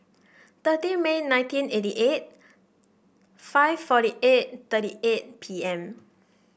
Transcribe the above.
thirty May nineteen eighty eight five forty eight thirty eight P M